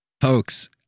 Folks